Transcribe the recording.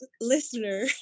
listener